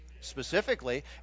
Specifically